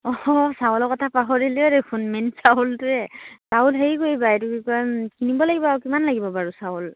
অঁ চাউলৰ কথা পাহৰিলে দেখোন মেইন চাউলটোৱে চাউল হেৰি কৰিবা এইটো কি কয় কিনিব লাগিব আৰু কিমান লাগিব বাৰু চাউল